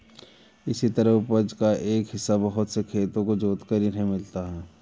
इसी तरह उपज का एक हिस्सा बहुत से खेतों को जोतकर इन्हें मिलता है